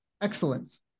excellence